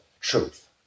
truth